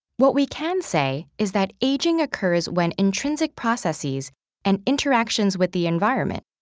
what we can say is that aging occurs when intrinsic processes and interactions with the environment,